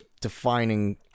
defining